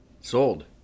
Sold